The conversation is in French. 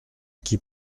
qui